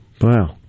Wow